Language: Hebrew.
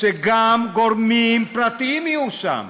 שגם גורמים פרטיים יהיו שם,